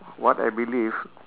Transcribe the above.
what I believe